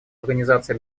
организации